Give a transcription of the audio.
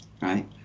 right